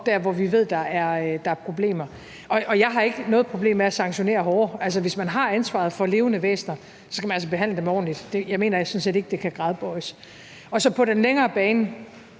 der, hvor vi ved der er problemer. Jeg har ikke noget problem med at sanktionere hårdere. Hvis man har ansvaret for levende væsener, skal man altså behandle dem ordentligt. Jeg mener sådan set ikke, det kan gradbøjes. På den længere bane